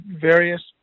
various